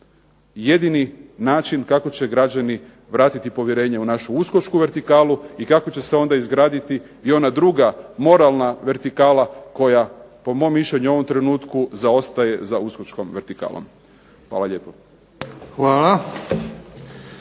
jedni način kako će građani vratiti povjerenje u našu uskočku vertikalu i kako će se onda izgraditi i onda druga moralna vertikala koja po mom mišljenju u ovom trenutku zaostaje za uskočkom vertikalom. Hvala lijepo.